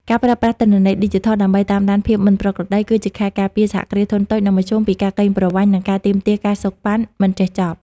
ការប្រើប្រាស់ទិន្នន័យឌីជីថលដើម្បីតាមដានភាពមិនប្រក្រតី គឺជាខែលការពារ សហគ្រាសធុនតូច និងមធ្យម ពីការកេងប្រវ័ញ្ច និងការទាមទារ ការសូកប៉ាន់ មិនចេះចប់។